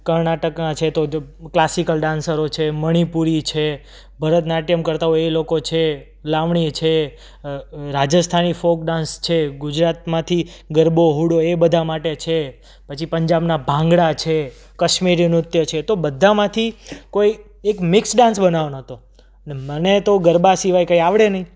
કર્ણાટકના છે તો ક્લાસિકલ ડાન્સરો છે મણિપુરી છે ભરતનાટ્યમ કરતા હોય એ લોકો છે લાવણી છે રાજસ્થાની ફોક ડાંસ છે ગુજરાતમાંથી ગરબો હુડો એ બધા માટે છે પછી પંજાબના ભાંગડા છે કાશ્મીરી નૃત્ય છે તો બધામાંથી કોઈ એક મિક્સ ડાન્સ બનાવવાનો હતો ને મને તો ગરબા સિવાય કંઈ આવડે નહીં